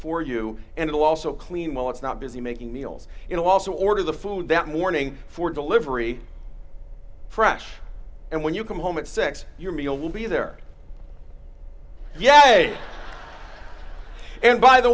for you and it'll also clean well it's not busy making meals and also order the food that morning for delivery fresh and when you come home at six your meal will be there yet and by the